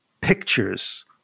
pictures